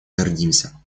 гордимся